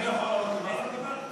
אני יכול לעלות למעלה לדבר?